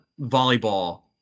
volleyball